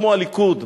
כמו הליכוד: